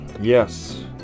Yes